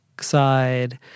side